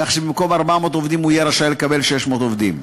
כך שבמקום 400 עובדים הוא יהיה רשאי לקבל 600 עובדים.